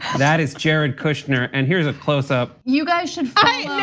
that is jared kushner. and here is a close up. you guys should